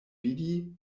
vidi